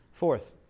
Fourth